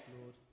Lord